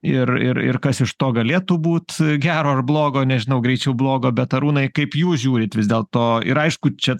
ir ir kas iš to galėtų būt gero ar blogo nežinau greičiau blogo bet arūnai kaip jūs žiūrit vis dėlto ir aišku čia